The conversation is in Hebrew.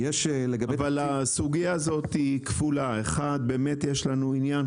הסוגיה הזאת כפולה: יש לנו עניין,